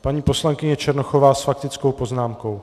Paní poslankyně Černochová s faktickou poznámkou.